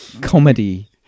comedy